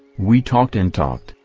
we talked and talked,